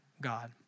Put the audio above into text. God